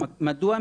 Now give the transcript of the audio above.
מדוע?